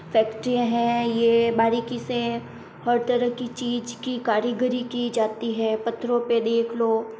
फ़ैक्ट्रियाँ हैं ये बारीकी से हर तरह की चीज़ की कारीगरी की जाती है पथरों पे देख लो